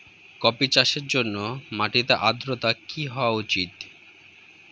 Coffee চাষের জন্য মাটির আর্দ্রতা কি হওয়া উচিৎ?